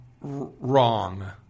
wrong